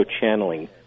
channeling